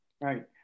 right